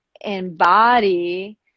embody